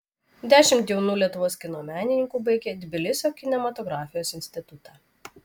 dešimt jaunų lietuvos kino menininkų baigė tbilisio kinematografijos institutą